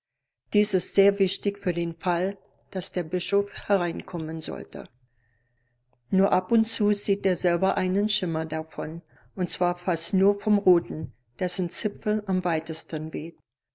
dies ist sehr wichtig für den fall daß der bischof hereinkommen sollte nur ab und zu sieht er selber einen schimmer davon und zwar fast nur vom roten dessen zipfel am weitesten weht